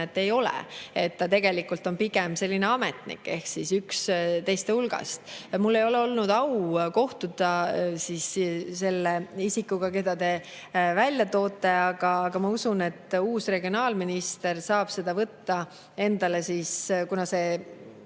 et ei ole, et ta tegelikult on pigem selline ametnik ehk üks teiste hulgas. Mul ei ole olnud au kohtuda selle isikuga, keda te välja toote, aga ma usun, et uus regionaalminister saab võtta selle enda ajada